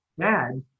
dad